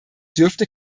dürfte